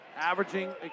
Averaging